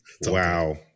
Wow